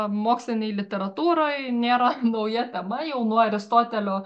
mokslinėj literatūroj nėra nauja tema jau nuo aristotelio